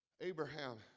Abraham